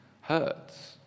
hurts